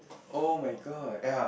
oh-my-god